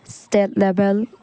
state level